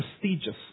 prestigious